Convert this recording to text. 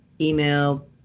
email